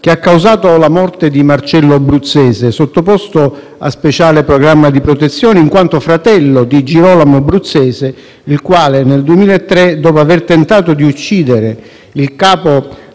che ha causato la morte di Marcello Bruzzese, sottoposto a speciale programma di protezione in quanto fratello di Girolamo Bruzzese, il quale nel 2003, dopo aver tentato di uccidere il capo